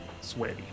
sweaty